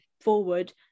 forward